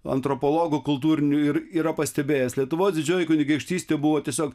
antropologų kultūrinių ir yra pastebėjęs lietuvos didžioji kunigaikštystė buvo tiesiog